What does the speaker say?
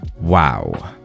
Wow